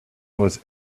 was